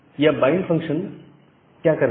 यह bind function क्या करता है